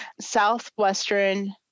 Southwestern